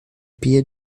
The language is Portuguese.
pia